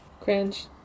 Cringe